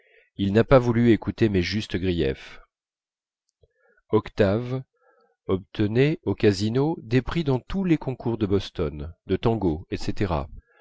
il n'a pas voulu écouter mes justes griefs octave obtenait au casino des prix dans tous les concours de boston de tango etc